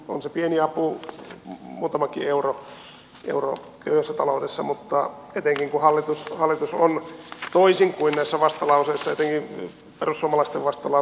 on se pieni apu muutamakin euro köyhässä taloudessa etenkin kun hallitus on tehnyt muuta toisin kuin näissä vastalauseissa etenkin perussuomalaisten vastalauseessa väitetään